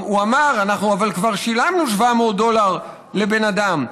הוא אמר: אנחנו אבל כבר שילמנו 700 דולר לבן אדם,